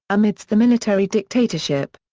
amidst the military dictatorship.